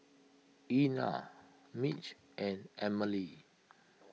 Ena Mitch and Amelie